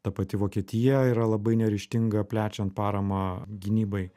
ta pati vokietija yra labai neryžtinga plečiant paramą gynybai